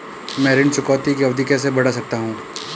मैं ऋण चुकौती की अवधि कैसे बढ़ा सकता हूं?